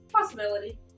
Possibility